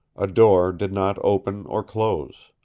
a door did not open or close.